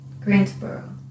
Greensboro